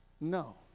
No